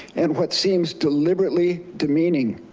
and what seems deliberately demeaning.